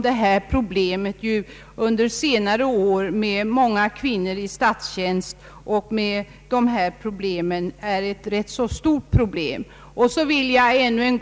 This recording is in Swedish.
Detta problem har under senare år, med många kvinnor i statstjänst som berörs av dessa bestämmelser, blivit av tämligen stor betydelse.